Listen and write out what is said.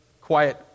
quiet